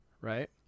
right